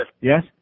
Yes